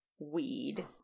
weed